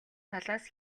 талаас